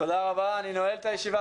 תודה רבה, אני נועל את הישיבה.